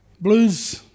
Blues